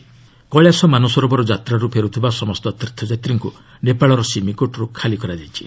Kailash pilgrim Kailash Mansarovar ଯାତ୍ରାରୁ ଫେରୁଥିବା ସମସ୍ତ ତୀର୍ଥଯାତ୍ରୀଙ୍କୁ ନେପାଳର ସିମିକୋଟ୍ରୁ ଖାଲି କରାଯାଇଛି